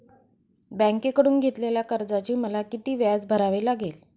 बँकेकडून घेतलेल्या कर्जाचे मला किती व्याज भरावे लागेल?